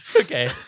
Okay